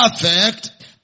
perfect